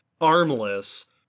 armless